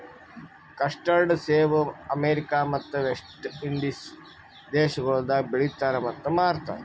custard ಸೇಬ America ಮತ್ತ West Indies ದೇಶಗೊಳ್ದಾಗ್ ಬೆಳಿತಾರ್ ಮತ್ತ ಮಾರ್ತಾರ್